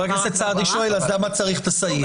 חבר הכנסת סעדי שואל, אז למה צריך את הסעיף.